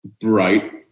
bright